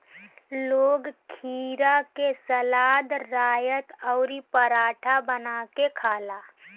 लोग खीरा से सलाद, रायता अउरी पराठा बना के खाला